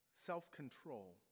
self-control